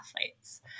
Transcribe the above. athletes